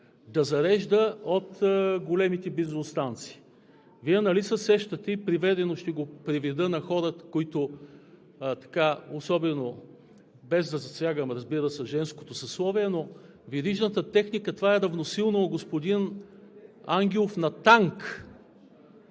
да зарежда от големите бензиностанции. Вие нали се сещате, ще го преведа на хората, които – без да засягам, разбира се, женското съсловие, но верижната техника – това е равносилно, господин Ангелов, на танк!